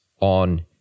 on